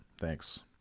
thanks